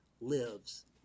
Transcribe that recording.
lives